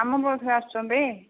ଆମ ବସ୍ରେ ଆସୁଛନ୍ତି